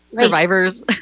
Survivors